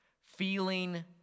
feeling